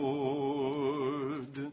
Lord